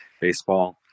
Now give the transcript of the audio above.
baseball